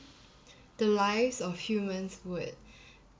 the lives of humans would